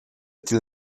tier